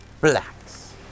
relax